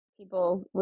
People